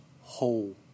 whole